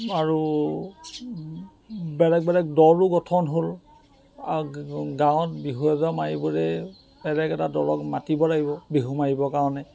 আৰু বেলেগ বেলেগ দলো গঠন হ'ল গাঁৱত বিহু এটা মাৰিবলৈ বেলেগ এটা দলক মাতিব লাগিব বিহু মাৰিবৰ কাৰণে